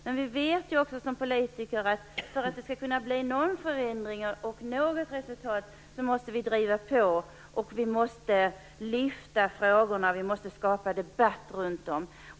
Men vi vet också som politiker att för att det skall kunna bli någon förändring och något resultat måste vi driva på, vi måste lyfta frågorna, vi måste skapa debatt runt dem.